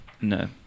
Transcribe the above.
no